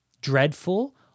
dreadful